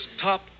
top